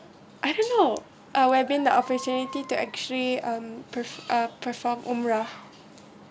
I don't know uh we've been the opportunity to actually um per~ uh perform umrah